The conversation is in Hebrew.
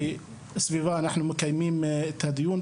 שסביבם אנחנו מקיימים את הדיון,